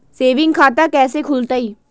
Saving खाता कैसे खुलतई?